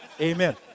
Amen